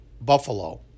buffalo